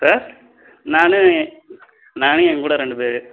sir நான் நான் என் கூட ரெண்டு பேர்